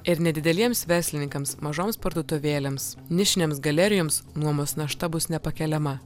ir nedideliems verslininkams mažoms parduotuvėlėms nišinėms galerijoms nuomos našta bus nepakeliama